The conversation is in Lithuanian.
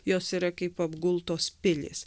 jos yra kaip apgultos pilys